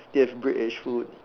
they have British food